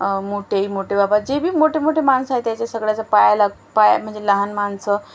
मोठे आई मोठे बाबा जेबी मोठे मोठे माणसं आहे त्याच्या सगळ्याचं पाया ला पाय म्हणजे लहान माणसं